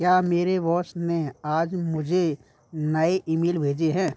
क्या मेरे बॉस ने आज मुझे नए ईमेल भेजे हैं